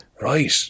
Right